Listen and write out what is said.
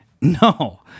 no